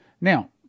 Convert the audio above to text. Now